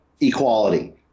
equality